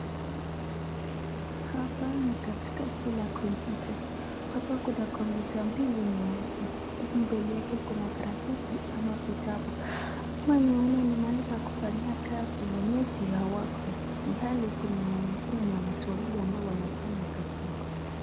Hapa ni katikati la komputa, hapa kuna komputa mbili nyeusi huku mbele yake kuna karatasi ama vitabu, hapa ni mahali pa kufanyia kazi, wenyeji hawako. Kuhani inaonekana ni ya watu wawili wanafanya kazi huku.